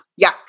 yuck